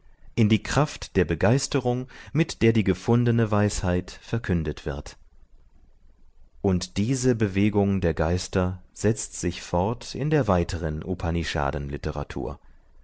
in die kraft der begeisterung mit der die gefundene weisheit verkündet wird und diese bewegung der geister setzt sich fort in der weiteren